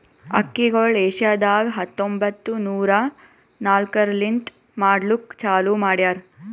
ಅಕ್ಕಿಗೊಳ್ ಏಷ್ಯಾದಾಗ್ ಹತ್ತೊಂಬತ್ತು ನೂರಾ ನಾಕರ್ಲಿಂತ್ ಮಾಡ್ಲುಕ್ ಚಾಲೂ ಮಾಡ್ಯಾರ್